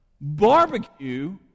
Barbecue